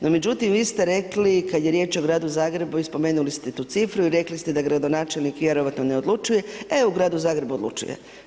No međutim vi ste rekli kada je riječ o gradu Zagrebu i spomenuli ste tu cifru i rekli ste da gradonačelnik vjerojatno ne odlučuje, e u gradu Zagrebu odlučuje.